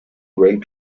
went